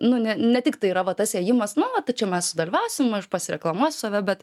nu ne ne tik tai yra va tas ėjimas nu vat čia mes sudalyvausim aš pasireklamuosiu save bet